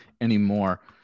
anymore